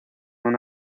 una